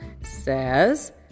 says